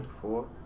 Four